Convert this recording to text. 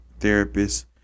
therapists